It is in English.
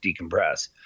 decompress